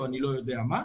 או אני לא יודע מה,